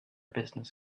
business